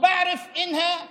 ואני יודע שהיא טרומית.)